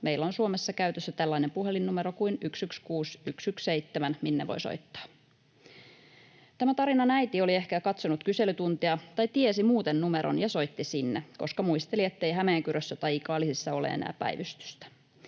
meillä on Suomessa käytössä tällainen puhelinnumero kuin 116 117, minne voi soittaa. Tämä tarinan äiti oli ehkä katsonut kyselytuntia tai tiesi muuten numeron ja soitti sinne, koska muisteli, ettei Hämeenkyrössä tai Ikaalisissa ole enää päivystystä.